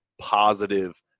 positive